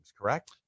correct